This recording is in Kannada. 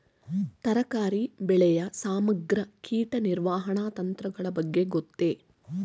ತರಕಾರಿ ಬೆಳೆಯ ಸಮಗ್ರ ಕೀಟ ನಿರ್ವಹಣಾ ತಂತ್ರಗಳ ಬಗ್ಗೆ ಗೊತ್ತೇ?